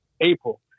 April